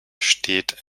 steht